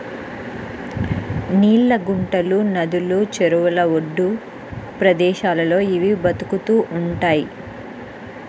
నీళ్ళ గుంటలు, నదులు, చెరువుల ఒడ్డు ప్రదేశాల్లో ఇవి బతుకుతూ ఉంటయ్